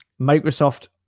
Microsoft